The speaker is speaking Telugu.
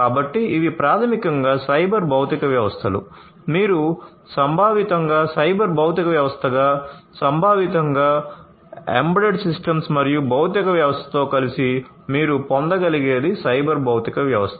కాబట్టి ఇవి ప్రాథమికంగా సైబర్ భౌతిక వ్యవస్థలు మీరు సంభావితంగా సైబర్ భౌతిక వ్యవస్థగా సంభావితంగా embedded system మరియు భౌతిక వ్యవస్థతో కలిసి మీరు పొందగలిగేది సైబర్ భౌతిక వ్యవస్థ